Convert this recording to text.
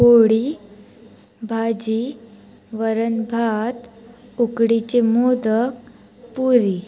पोळी भाजी वरण भात उकडीचे मोदक पुरी